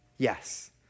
Yes